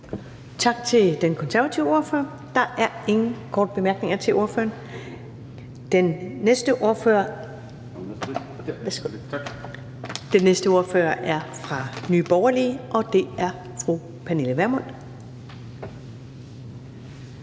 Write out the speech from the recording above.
Tak til den konservative ordfører. Der er ingen korte bemærkninger til ordføreren. Den næste ordfører er fra Nye Borgerlige, og det er fru Pernille Vermund.